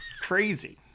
Crazy